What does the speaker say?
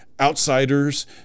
outsiders